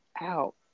out